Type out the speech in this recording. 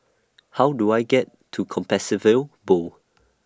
How Do I get to Compassvale Bow